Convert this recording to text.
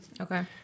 okay